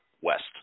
west